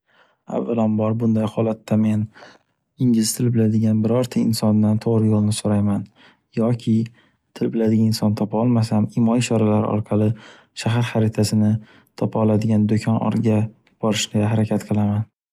Avvalambor bunday holatda men ingliz tili biladigan birorta insondan to’g’ri yo’lni so’rayman. Yoki til biladigan inson topa olmasam imo-ishoralar orqali shahar xaritasini topa oladigan do’kon origa borishga harakat qilaman.